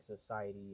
society